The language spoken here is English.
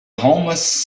homeless